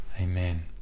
Amen